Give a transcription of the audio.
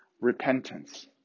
repentance